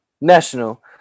National